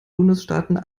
bundesstaaten